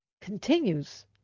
continues